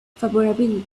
favorability